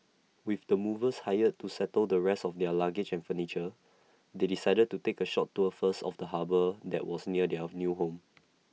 with the movers hired to settle the rest of their luggage and furniture they decided to take A short tour first of the harbour that was near their new home